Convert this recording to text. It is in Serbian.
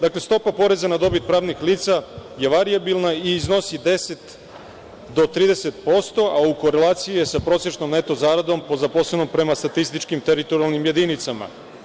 Dakle stopa poreza na dobit pravnih lica je varijabilna i iznosi 10 do 30%, a u korelaciji je sa prosečnom neto zaradom po zaposlenom prema statističkim teritorijalnim jedinicama.